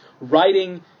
writing